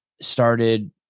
started